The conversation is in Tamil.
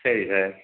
சரி சார்